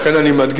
לכן אני מדגיש,